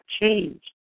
change